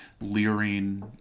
leering